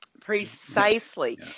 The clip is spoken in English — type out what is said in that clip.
Precisely